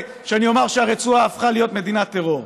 כשאני אומר שהרצועה הפכה להיות מדינת טרור.